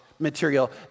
material